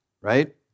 right